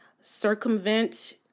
circumvent